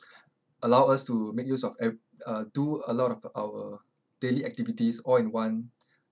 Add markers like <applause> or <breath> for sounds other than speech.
<breath> allow us to make us of ev~ uh do a lot of our daily activities all in one